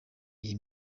iyi